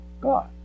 God